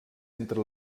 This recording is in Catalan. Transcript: entre